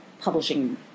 publishing